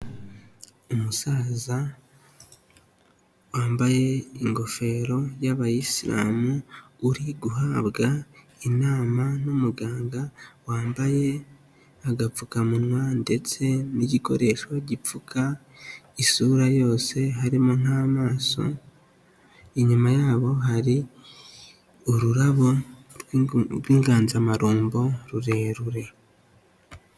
Umusaza wambaye ingofero y'abayisilamu, uri guhabwa inama n'umuganga wambaye agapfukamunwa ndetse n'igikoresho gipfuka isura yose, harimo nk'amaso, inyuma yabo hari ururabo rw'inganzamarumbo, rurerure.